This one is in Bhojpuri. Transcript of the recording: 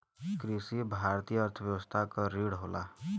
कृषि भारतीय अर्थव्यवस्था क रीढ़ होला